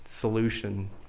solution